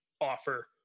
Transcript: offer